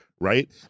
right